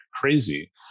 crazy